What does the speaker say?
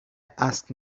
asked